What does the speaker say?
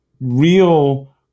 real